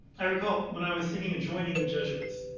i recall, when i was thinking of joining the jesuits,